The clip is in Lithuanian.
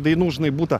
dainų žinai būta